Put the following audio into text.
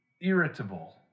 irritable